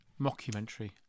mockumentary